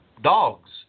Dogs